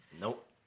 Nope